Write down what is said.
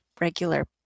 regular